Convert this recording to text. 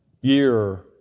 year